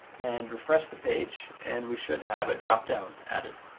and refresh the page. and we should have a dropdown added.